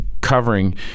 covering